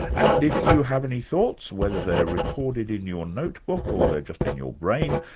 and if you have any thoughts, whether they're recorded in your notebook or they're just in your brain,